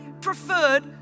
preferred